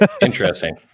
Interesting